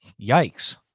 yikes